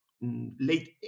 late